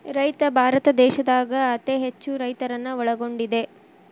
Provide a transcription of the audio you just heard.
ರೈತ ಭಾರತ ದೇಶದಾಗ ಅತೇ ಹೆಚ್ಚು ರೈತರನ್ನ ಒಳಗೊಂಡಿದೆ